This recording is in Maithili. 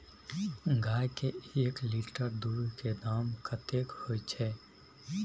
गाय के एक लीटर दूध के दाम कतेक होय छै?